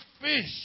fish